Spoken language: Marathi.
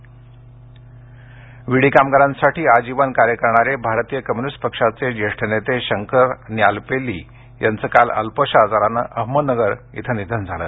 निधन विडी कामगारांसाठी आजीवन कार्य करणारे भारतीय कम्युनिस्ट पक्षाचे ज्येष्ठ नेते शंकर न्यालपेल्ली यांचं काल अल्पशा आजारानं अहमदनगर इथं निधन झालं